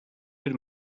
bir